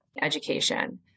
education